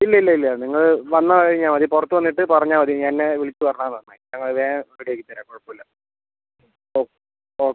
ഇല്ല ഇല്ല ഇല്ല നിങ്ങൾ വന്ന് കഴിഞ്ഞാൽ മതി പുറത്ത് വന്നിട്ട് പറഞ്ഞാൽ മതി എന്നെ വിളിച്ച് പറഞ്ഞത് നന്നായി ഞങ്ങൾ വേഗം റെഡിയാക്കി തരാം കുഴപ്പം ഇല്ല ഓ ഓ